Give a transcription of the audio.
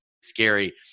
scary